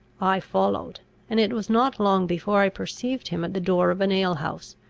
i followed and it was not long before i perceived him at the door of an alehouse,